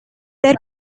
their